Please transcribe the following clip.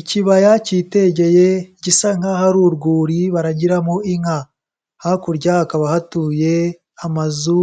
Ikibaya kitegeye gisa nk'aho ari urwuri baragiramo inka, hakurya hakaba hatuye amazu